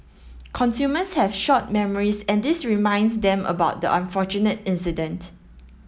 consumers have short memories and this reminds them about the unfortunate incident